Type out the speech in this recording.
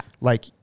Like-